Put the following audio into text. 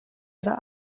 ihrer